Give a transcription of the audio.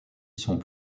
sont